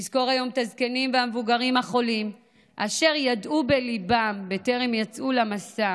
נזכור היום את הזקנים והמבוגרים החולים אשר ידעו בליבם בטרם יצאו למסע